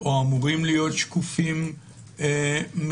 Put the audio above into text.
או אמורים להיות שקופים מראש,